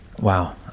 Wow